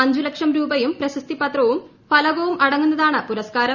അഞ്ചു ലക്ഷം രൂപയും പ്രശസ്തി പത്രവും ഫലകവും അടങ്ങുന്നതാണ് പുരസ്കാരം